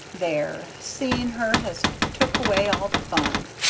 there! seeing her has took away all the fun,